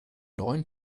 neuen